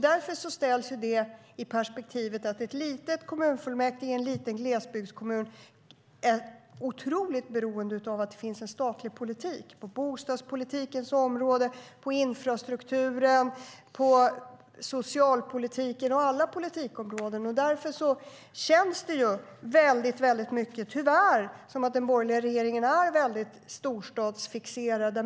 Därför ställs det i perspektivet att ett litet kommunfullmäktige i en liten glesbygdskommun är otroligt beroende av att det finns en statlig politik på bostadspolitikens, infrastrukturens, socialpolitikens och alla politikområden. Därför känns det väldigt mycket, tyvärr, som att den borgerliga regeringen är väldigt storstadsfixerad.